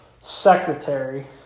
secretary